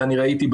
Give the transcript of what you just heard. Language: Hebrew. שראיתי,